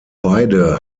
beide